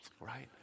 right